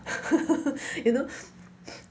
you know